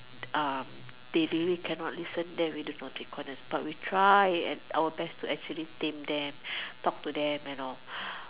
um they really cannot listen then we do naughty corners but we try to tame them talk to them and all